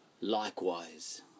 likewise